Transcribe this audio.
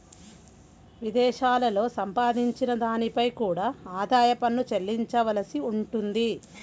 విదేశాలలో సంపాదించిన దానిపై కూడా ఆదాయ పన్ను చెల్లించవలసి ఉంటుంది